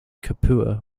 capua